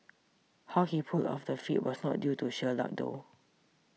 how he pulled off the feat was not due to sheer luck though